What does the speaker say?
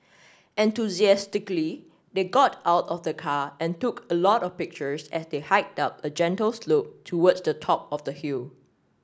enthusiastically they got out of the car and took a lot of pictures as they hiked up a gentle slope towards the top of the hill